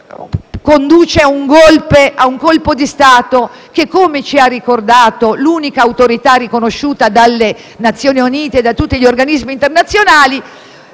un *golpe*, un colpo di Stato, che - come ci ha ricordato l'unica autorità riconosciuta dalle Nazioni Unite e da tutti gli organismi internazionali